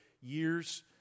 years